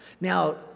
Now